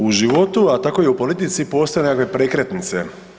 U životu, a tako i u politici postoje nekakve prekretnice.